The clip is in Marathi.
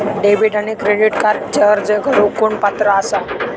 डेबिट आणि क्रेडिट कार्डक अर्ज करुक कोण पात्र आसा?